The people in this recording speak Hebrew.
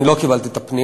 אני לא קיבלתי את הפנייה,